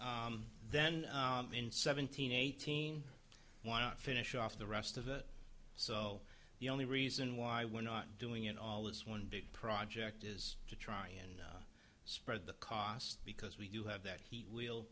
yeah then in seventeen eighteen why not finish off the rest of it so the only reason why we're not doing it all is one big project is to try and spread the cost because we do have that he will